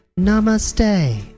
Namaste